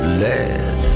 lead